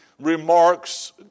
remarks